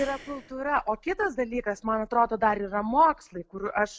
yra kultūra o kitas dalykas man atrodo dar yra mokslai kur aš